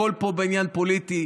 הכול פה בעניין פוליטי.